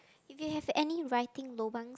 you can have any writing !lobangs!